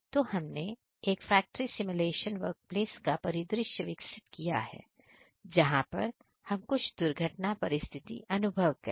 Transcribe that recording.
तो हमने एक फैक्ट्री सिमुलेशन वर्कप्लेस का परिदृश्य विकसित किया है जहां पर हम कुछ दुर्घटना परिस्थिति अनुभव करें